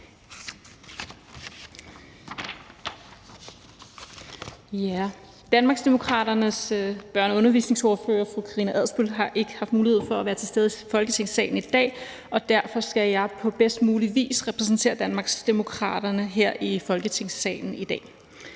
Danmarksdemokraternes børne- og undervisningsordfører, fru Karina Adsbøl, har ikke haft mulighed for at være til stede i Folketingssalen i dag, og derfor skal jeg på bedst mulige vis repræsentere Danmarksdemokraterne her i Folketingssalen i dag.